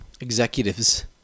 executives